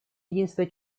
единства